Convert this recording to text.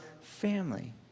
family